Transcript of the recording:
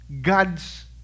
God's